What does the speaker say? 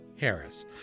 Harris